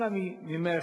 אנא ממך,